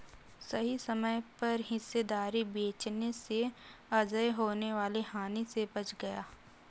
सही समय पर हिस्सेदारी बेचने से अजय होने वाली हानि से बच गया